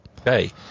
Okay